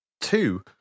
two